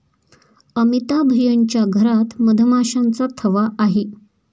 अमिताभ यांच्या घरात मधमाशांचा थवा आहे